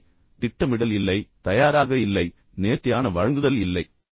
எனவே திட்டமிடல் இல்லை தயாராக இல்லை நேர்த்தியான வழங்குதல் இல்லை